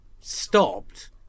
stopped